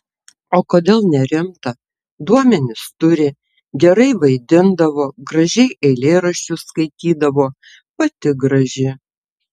o kodėl nerimta duomenis turi gerai vaidindavo gražiai eilėraščius skaitydavo pati graži